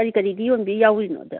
ꯀꯔꯤ ꯀꯔꯤꯗꯤ ꯌꯣꯟꯕꯤ ꯌꯥꯎꯔꯤꯅꯣ ꯑꯗ